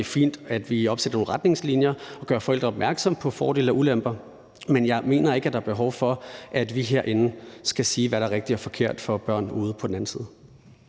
det er fint, at vi opsætter nogle retningslinjer og gør forældrene opmærksomme på fordele og ulemper, men jeg mener ikke, at der er behov for, at vi herinde skal sige, hvad der er rigtigt og forkert for børn ude på den anden side.